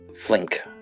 flink